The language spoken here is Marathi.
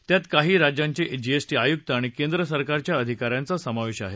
त्यात काही राज्यांचे जीएसटी आयुक्त आणि केंद्र सरकारच्या अधिका यांचा समावेश आहे